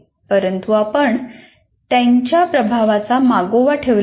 परंतु आपण त्यांच्या प्रभावाचा मागोवा ठेवला पाहिजे